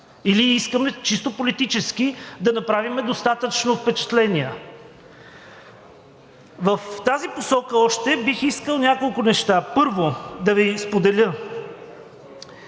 или искаме чисто политически да направим достатъчно впечатление? В тази посока бих искал още няколко неща да Ви споделя.